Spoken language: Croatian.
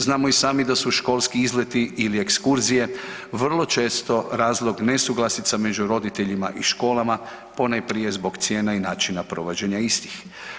Znamo i sami da su školski izleti ili ekskurzije vrlo često razlog nesuglasica među roditeljima i školama ponajprije zbog cijena i načina provođenja istih.